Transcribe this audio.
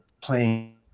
playing